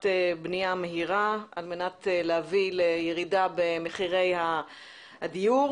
בנייה מהירה על מנת להביא לירידה במחירי הדיון.